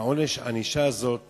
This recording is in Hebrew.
שהענישה הזאת